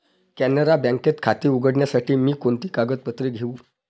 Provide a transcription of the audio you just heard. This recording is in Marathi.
कॅनरा बँकेत खाते उघडण्यासाठी मी कोणती कागदपत्रे घेऊ?